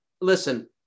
listen